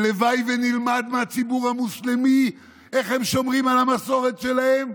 והלוואי ונלמד מהציבור המוסלמי איך הם שומרים על המסורת שלהם.